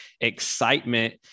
excitement